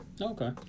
Okay